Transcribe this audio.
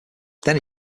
then